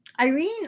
Irene